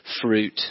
fruit